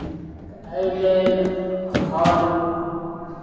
एहि लेल हर